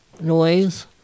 noise